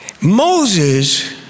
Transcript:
Moses